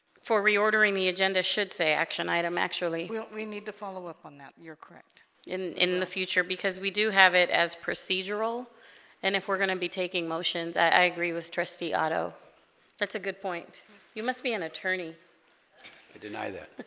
for reordering the agenda should say action item actually we won't we need to follow up on that you're correct in in the future because we do have it as procedural and if we're gonna be taking motions i agree with trustee auto that's a good point you must be an attorney deny that